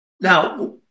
Now